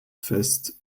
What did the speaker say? fest